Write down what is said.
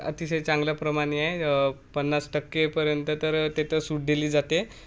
अतिशय चांगल्या प्रमाणे पन्नास टक्केपर्यंत तर त्याचं सूट दिली जाते